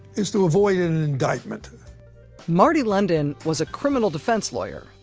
is to avoid an indictment marty london was a criminal defense lawyer,